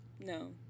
No